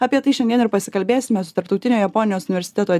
apie tai šiandien ir pasikalbėsime su tarptautinio japonijos universiteto